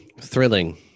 Thrilling